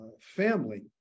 family